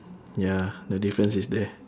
ya the difference is there